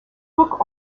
book